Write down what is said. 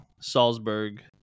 Salzburg